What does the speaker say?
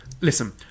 listen